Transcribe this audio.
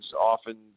often